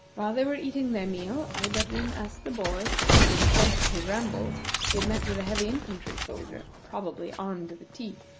while they were eating their meal, alberdin asked the boy if in the course of his rambles he had met with a heavy infantry soldier, probably armed to the teeth,